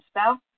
spell